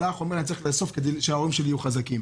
אבל האח אומר: צריך לאסוף כוחות כדי שההורים שלי יהיו חזקים.